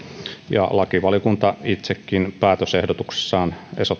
ja lakivaliokunta itsekin päätösehdotuksessaan